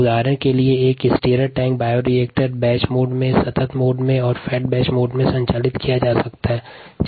उदाहरण के लिए एक stirred tank bioreactor batch mode प्रणाली कंटीन्यूअस प्रणाली और फेड बैच प्रणाली में संचालित किया जा सकता है